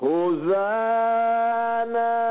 Hosanna